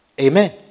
Amen